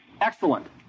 Excellent